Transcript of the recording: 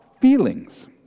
feelings